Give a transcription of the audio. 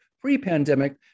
pre-pandemic